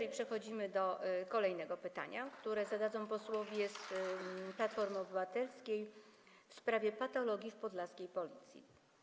I przechodzimy do kolejnego pytania, które zadadzą posłowie z Platformy Obywatelskiej, w sprawie patologii w podlaskiej Policji.